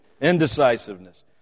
indecisiveness